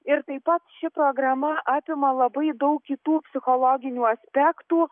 ir taip pat ši programa apima labai daug kitų psichologinių aspektų